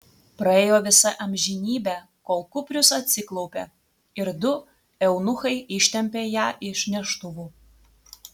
praėjo visa amžinybė kol kuprius atsiklaupė ir du eunuchai ištempė ją iš neštuvų